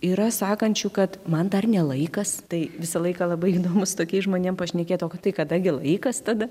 yra sakančių kad man dar ne laikas tai visą laiką labai įdomu su tokiais žmonėm pašnekėt o tai kada gi laikas tada